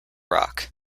rock